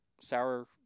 sour